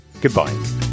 goodbye